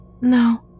No